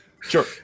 Sure